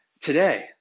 today